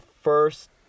first